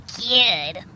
kid